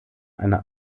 einer